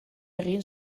egin